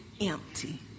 empty